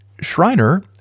Shriner